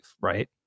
Right